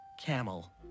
camel